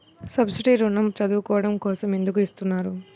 Subsidy ఋణం చదువుకోవడం కోసం ఎందుకు ఇస్తున్నారు?